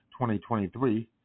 2023